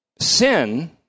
Sin